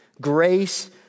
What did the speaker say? grace